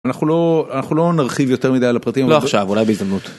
אנחנו לא, אנחנו לא נרחיב יותר מדי על הפרטים, לא עכשיו אולי בהזדמנות.